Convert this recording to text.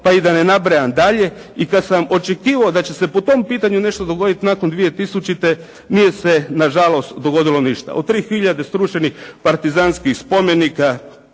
pa i da ne nabrajam dalje i kad sam očekivao da će se po tom pitanju nešto dogoditi nakon 2000. nije se nažalost dogodilo ništa. O 3 hiljade srušenih partizanskih spomenika,